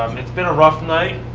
it's been a rough night.